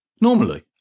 Normally